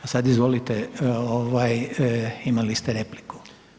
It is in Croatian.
A sad izvolite, imali ste repliku.